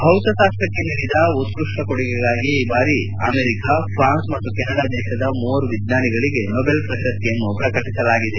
ಭೌತಶಾಸ್ತಕ್ಕೆ ನೀಡಿದ ಉತ್ಪಷ್ಟ ಕೊಡುಗೆಗಾಗಿ ಈ ಬಾರಿ ಅಮೆರಿಕ ಫ್ರಾನ್ಸ್ ಮತ್ತು ಕೆನಡಾ ದೇಶದ ಮೂವರು ವಿಜ್ಞಾನಿಗಳಿಗೆ ನೊಬೆಲ್ ಪ್ರಶಸ್ತಿಯನ್ನು ಪ್ರಕಟಿಸಲಾಗಿದೆ